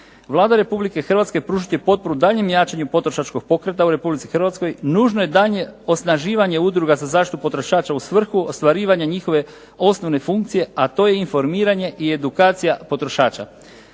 Vlada Republike Hrvatske pružit će potporu daljnjem jačanju potrošačkog pokreta u Republici Hrvatskoj. Nužno je daljnje osnaživanje udruga u zaštitu potrošača u svrhu ostvarivanja njihove osnovne funkcije, a to je informiranje i edukacija potrošača.